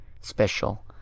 special